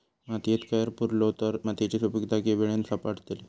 मातयेत कैर पुरलो तर मातयेची सुपीकता की वेळेन वाडतली?